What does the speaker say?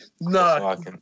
No